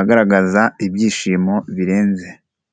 agaragaza ibyishimo birenze.